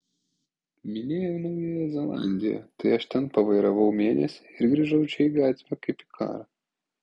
minėjau naująją zelandiją tai aš ten pavairavau mėnesį ir grįžau čia į gatvę kaip į karą